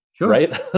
right